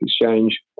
Exchange